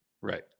right